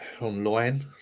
Online